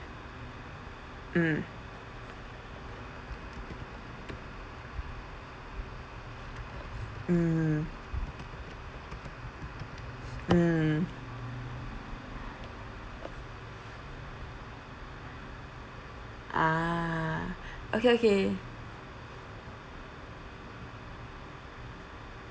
mm mm mm ah okay okay